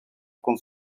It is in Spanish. con